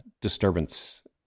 disturbance